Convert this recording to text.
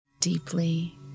Deeply